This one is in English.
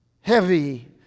heavy